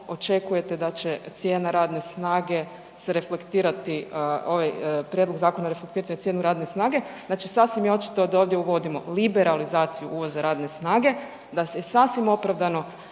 očekujete da će cijena radne snage se reflektirati, ovaj prijedlog zakona reflektirati na cijenu radne snage. Znači sasvim je očito da ovdje uvodimo liberalizaciju uvoza radne snage, da se, sasvim opravdano